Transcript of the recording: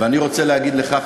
ואני רוצה להגיד לך,